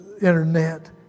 internet